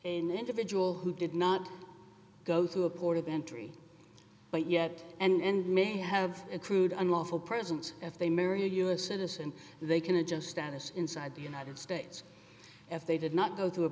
an individual who did not go through a port of entry but yet and may have accrued unlawful presence if they marry a u s citizen they can adjust status inside the united states if they did not go to a